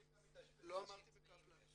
לא אמרתי בקפלן.